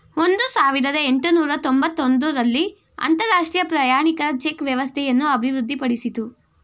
ಒಂದು ಸಾವಿರದ ಎಂಟುನೂರು ತೊಂಬತ್ತ ಒಂದು ರಲ್ಲಿ ಅಂತರಾಷ್ಟ್ರೀಯ ಪ್ರಯಾಣಿಕರ ಚೆಕ್ ವ್ಯವಸ್ಥೆಯನ್ನು ಅಭಿವೃದ್ಧಿಪಡಿಸಿತು